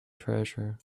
treasure